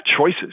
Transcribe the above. choices